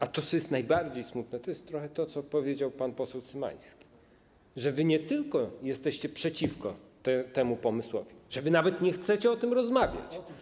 A to, co jest najbardziej smutne, to jest to, co powiedział pan poseł Cymański, że nie tylko jesteście przeciwko temu pomysłowi, ale też nawet nie chcecie o tym rozmawiać.